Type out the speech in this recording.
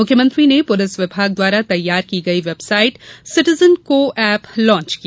मुख्यमंत्री ने पुलिस विभाग द्वारा तैयार की गई वेबसाईट सिटीजन को एप लाँच किया